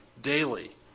daily